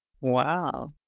Wow